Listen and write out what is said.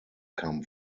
kam